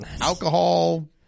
alcohol